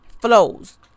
flows